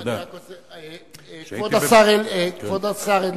כבוד השר אדלשטיין,